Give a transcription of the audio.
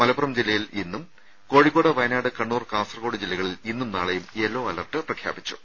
മലപ്പുറം ജില്ലയിൽ ഇന്നും കോഴിക്കോട് വയനാട് കണ്ണൂർ കാസർകോട് ജില്ലകളിൽ ഇന്നും നാളെയും യെല്ലോ അലർട്ട് പ്രഖ്യാപിച്ചു